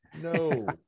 no